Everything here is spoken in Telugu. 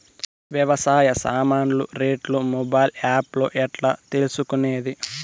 వ్యవసాయ సామాన్లు రేట్లు మొబైల్ ఆప్ లో ఎట్లా తెలుసుకునేది?